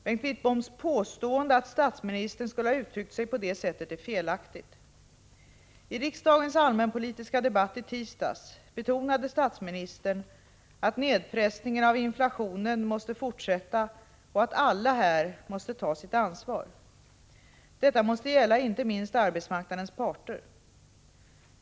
Bengt Wittboms påstående att statsministern skulle ha uttryckt sig på det sättet är felaktigt. I riksdagens allmänpolitiska debatt i tisdags betonade statsministern att nedpressningen av inflationen måste fortsätta och att alla här måste ta sitt ansvar. Detta måste gälla inte minst arbetsmarknadens parter.